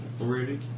already